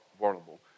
vulnerable